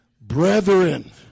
brethren